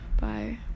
bye